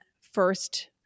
first